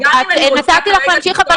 נתתי לך להמשיך,